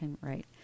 Right